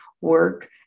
work